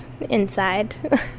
Inside